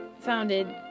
founded